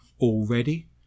already